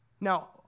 Now